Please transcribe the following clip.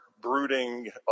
brooding